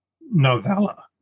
novella